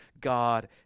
God